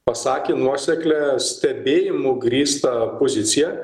pasakė nuoseklią stebėjimu grįstą poziciją